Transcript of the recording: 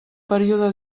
període